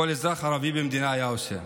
כל אזרח ערבי במדינה היה עושה.